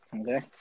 Okay